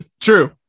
True